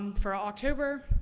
um for october,